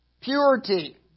Purity